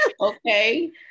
Okay